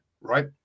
right